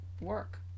work